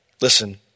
Listen